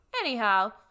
Anyhow